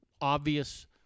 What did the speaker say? obvious